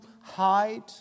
hide